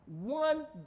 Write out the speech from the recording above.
One